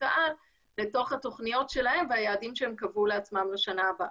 העל לתוך התוכניות שלהם והיעדים שהם קבעו לעצמם לשנה הבאה.